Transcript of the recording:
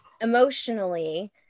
emotionally